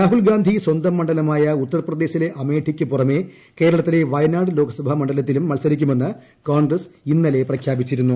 രാഹുൽഗാന്ധി സ്വന്തം മണ്ഡലമായ ഉത്തർപ്രദേശിലെ അമേഠിക്ക് പുറമേ കേരളത്തിലെ വയനാട് ലോക്സഭ മണ്ഡലത്തിലും മത്സരിക്കുമെന്ന് കോൺഗ്രസ് ഇന്നലെ പ്രഖ്യാപിച്ചിരുന്നു